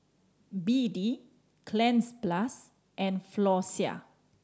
B D Cleanz Plus and Floxia